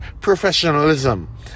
professionalism